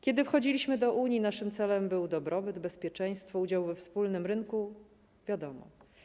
Kiedy wchodziliśmy do Unii, naszym celem były dobrobyt, bezpieczeństwo, udział we wspólnym rynku - wiadomo.